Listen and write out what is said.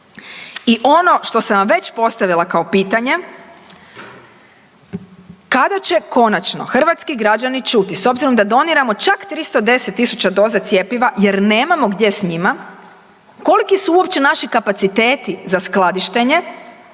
I ono što sam vam već postavila kao pitanje, kada će konačno hrvatski građani čuti s obzirom da doniramo čak 310.000 doza cjepiva jer nemamo gdje s njima koliki su uopće naši kapaciteti za skladištenje,